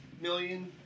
million